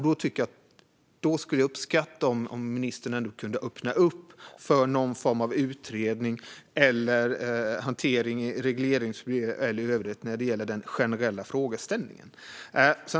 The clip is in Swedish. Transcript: Då skulle jag uppskatta om ministern kunde öppna upp för någon form av utredning eller hantering i regleringsbrev eller övrigt när det gäller den generella frågeställningen.